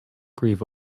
grieve